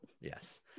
Yes